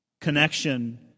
connection